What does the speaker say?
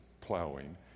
plowing